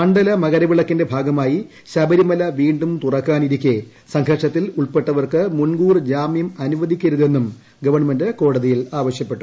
മണ്ഡല മകരിവളക്കിന്റെ ഭാഗമായി ശബരിമലനട വീണ്ടും തുറക്കാനിരിക്കെ സംഘർഷത്തിൽ ഉൾപ്പെട്ടവർക്ക് മുൻകൂർ ജാമ്യം അനുവദിക്കരുതെന്നും ഗവൺമെന്റ് കോടത്തിയിൽ ആവശ്യപ്പെട്ടു